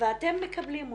ואתם מקבלים אותן,